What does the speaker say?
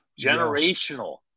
generational